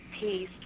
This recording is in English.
peace